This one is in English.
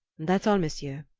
that's all, monsieur.